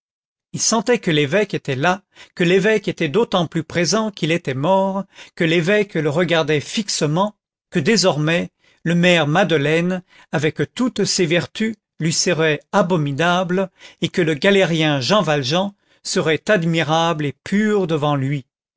il sentait que l'évêque était là que l'évêque était d'autant plus présent qu'il était mort que l'évêque le regardait fixement que désormais le maire madeleine avec toutes ses vertus lui serait abominable et que le galérien jean valjean serait admirable et pur devant lui